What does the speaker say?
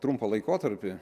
trumpą laikotarpį